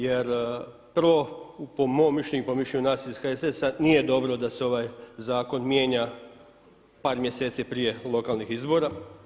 Jer prvo po mom mišljenju i po mišljenju nas ih HSS-a nije dobro da se ovaj zakon mijenja par mjeseci prije lokalnih izbora.